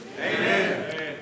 Amen